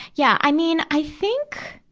yeah. i mean, i think,